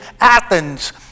Athens